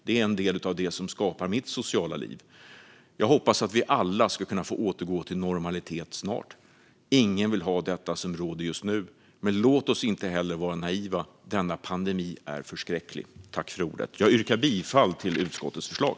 Det är en del av det som skapar mitt sociala liv. Jag hoppas att vi alla snart ska få återgå till normalitet. Ingen vill ha det som råder just nu. Men låt oss inte heller vara naiva - denna pandemi är förskräcklig. Jag yrkar bifall till utskottets förslag.